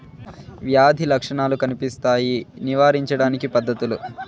వ్యాధి లక్షణాలు కనిపిస్తాయి నివారించడానికి పద్ధతులు?